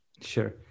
Sure